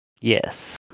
Yes